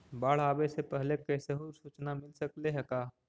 बाढ़ आवे से पहले कैसहु सुचना मिल सकले हे का?